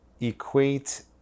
equate